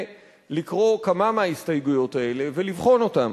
לקרוא כמה מההסתייגויות האלה ולבחון אותן.